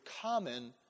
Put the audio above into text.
common